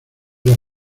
los